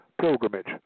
pilgrimage